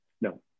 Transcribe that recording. no